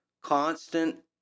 Constant